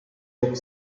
book